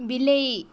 ବିଲେଇ